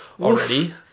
already